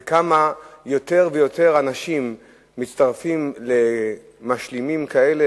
וכמה יותר ויותר אנשים מצטרפים למשלימים כאלה,